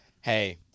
hey